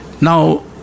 Now